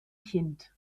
kind